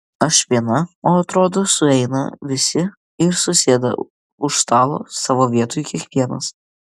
aš viena o atrodo sueina visi ir susėda už stalo savo vietoj kiekvienas